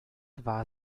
war